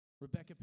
Rebecca